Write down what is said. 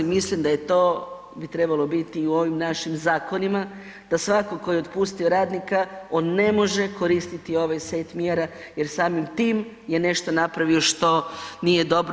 Mislim da bi to trebalo biti i u ovim našim zakonima, da svatko tko je otpustio radnika on ne može koristiti ovaj set mjera jer samim tim je nešto napravio što nije dobro.